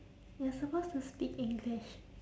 you're supposed to speak english